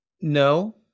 No